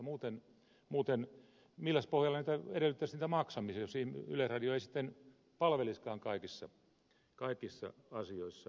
milläs pohjalla sitä maksamista muuten edellytettäisiin jos yleisradio ei sitten palvelisikaan kaikissa asioissa